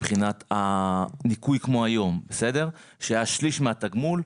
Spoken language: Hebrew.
מבחינת הניכוי כמו שהוא היום; שליש מהתגמול,